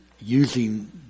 using